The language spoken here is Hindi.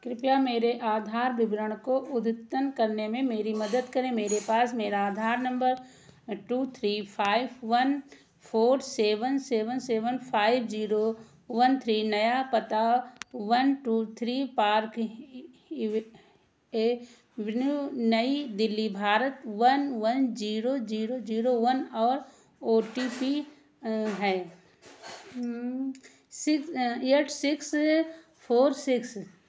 कृपया मेरे आधार विवरण को अद्यतन करने में मेरी मदद करें मेरे पास मेरा Aadhaar number two three five one four seven seven seven five zero one three नया पता वन टू थ्री पार्क नई Delhi Bharat one one zero zero zero one और ओ टी पी है six eight six four six